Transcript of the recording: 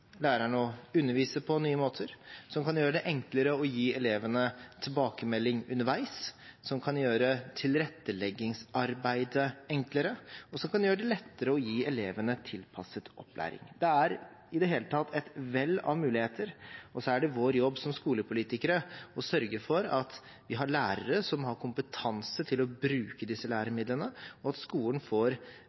på nye måter, som kan gjøre det enklere å gi elevene tilbakemelding underveis, som kan gjøre tilretteleggingsarbeidet enklere, og som kan gjøre det lettere å gi elevene tilpasset opplæring. Det er i det hele tatt et vell av muligheter, og så er det vår jobb som skolepolitikere å sørge for at vi har lærere som har kompetanse til å bruke disse læremidlene, og at skolen får